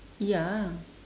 ya